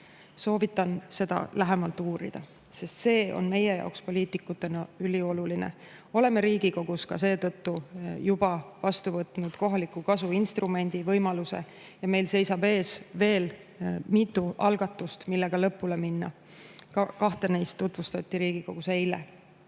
Soovitan seda lähemalt uurida, sest see on meie jaoks poliitikutena ülioluline. Oleme Riigikogus seetõttu juba vastu võtnud ka kohaliku kasu instrumendi võimaluse ja meil seisab ees veel mitu algatust, millega lõpule minna. Kahte neist tutvustati Riigikogus eile.